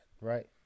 right